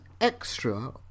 extra